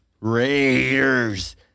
Raiders